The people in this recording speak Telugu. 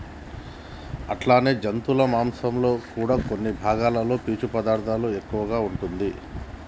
అట్లనే జంతువుల మాంసంలో కూడా కొన్ని భాగాలలో పీసు పదార్థం ఎక్కువగా ఉంటాది